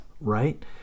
right